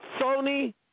Sony